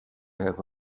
have